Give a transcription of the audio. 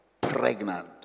pregnant